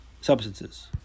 substances